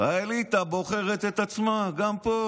האליטה בוחרת את עצמה גם פה.